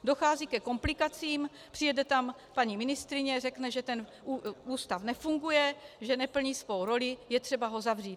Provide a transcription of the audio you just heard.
Dochází ke komplikacím, přijede tam paní ministryně, řekne, že ten ústav nefunguje, že neplní svou roli, je třeba ho zavřít.